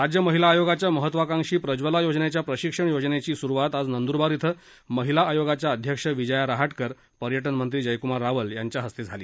राज्य महिला आयोगाच्या महत्त्वाकांशी प्रज्वला योजनेच्या प्रशिक्षण योजनेची सुरुवात आज नंदुरबार इथं महिला आयोगाच्या अध्यक्षा विजया रहाटकर पर्यटनमंत्री जयक्मार रावल यांच्या हस्ते झाली